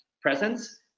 presence